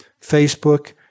Facebook